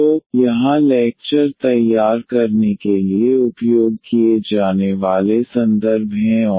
तो यहाँ लेक्चर तैयार करने के लिए उपयोग किए जाने वाले संदर्भ हैं और